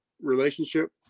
relationship